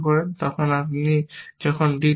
তখন আপনি যখন d লাগান